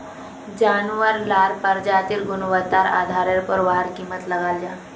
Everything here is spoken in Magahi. जानवार लार प्रजातिर गुन्वात्तार आधारेर पोर वहार कीमत लगाल जाहा